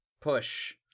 push